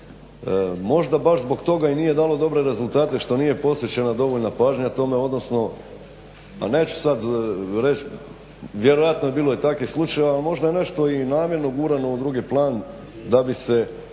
Možda baš zbog toga i nije dalo dobre rezultate što nije posvećena dovoljna pažnja tome, odnosno a neću sada reći, vjerojatno je bilo i takvih slučajeva, a možda je nešto i namjerno gurano u drugi plan da bi se